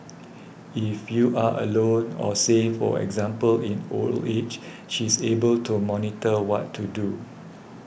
if you are alone or say for example in old age she is able to monitor what to do